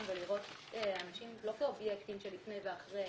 ולראות אנשים לא כאובייקטים של לפני ואחרי,